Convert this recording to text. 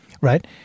right